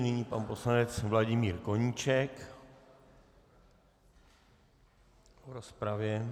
Nyní pan poslanec Vladimír Koníček v rozpravě.